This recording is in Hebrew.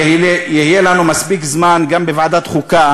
יהיה לנו מספיק זמן גם בוועדת החוקה